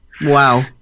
Wow